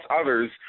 others